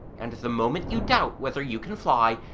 and the moment you doubt whether you can fly,